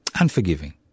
Unforgiving